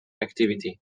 activity